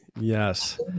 Yes